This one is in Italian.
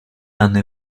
hanno